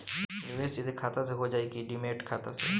निवेश सीधे खाता से होजाई कि डिमेट खाता से?